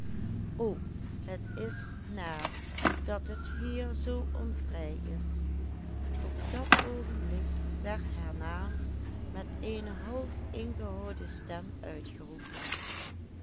o het is naar dat het hier zoo onvrij is op dat oogenblik werd haar naam met eene half ingehouden stem uitgeroepen